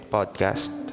Podcast